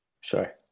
Sure